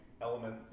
element